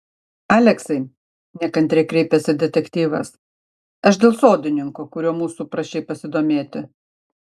aleksai nekantriai kreipėsi detektyvas aš dėl sodininko kuriuo mūsų prašei pasidomėti